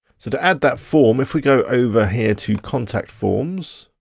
so to add that form, if we go over here to contact forms.